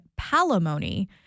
palimony